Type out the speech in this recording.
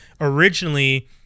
originally